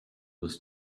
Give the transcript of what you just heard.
was